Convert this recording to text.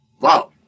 Wow